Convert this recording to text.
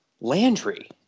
Landry